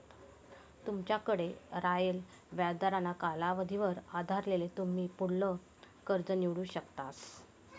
तुमनाकडे रायेल व्याजदरना कालावधीवर आधारेल तुमी पुढलं कर्ज निवडू शकतस